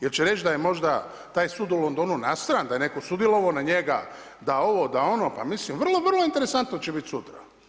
Jel' će reći da je možda taj sud u Londonu nastran, da je netko sudjelovao na njega, da ovo, da ono, pa mislim vrlo, vrlo interesantno će biti sutra.